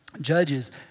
Judges